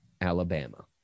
Alabama